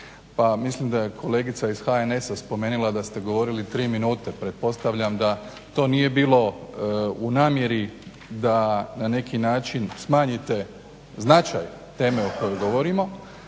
mislim da je kolegica iz HNS-a spomenula da ste govorili tri minute, pretpostavljam da to nije bilo u namjeri da na neki način smanjite značaj teme o kojoj govorimo,